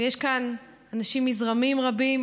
ויש כאן אנשים מזרמים רבים,